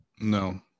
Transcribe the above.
no